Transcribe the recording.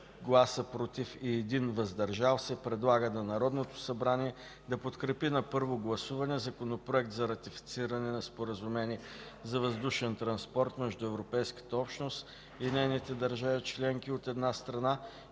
без „против” и 1 „въздържал се”, предлага на Народното събрание да подкрепи на първо гласуване Законопроект за ратифициране на Споразумение за въздушен транспорт между Европейската общност и нейните държави членки, от една страна,